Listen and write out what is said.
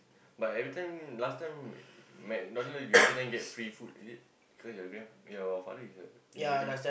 but everytime last time McDonald you everytime get free food is it because your grand your father is a delivery